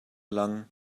lang